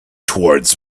towards